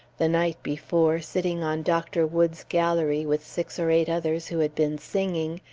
the night before, sitting on dr. woods's gallery, with six or eight others who had been singing,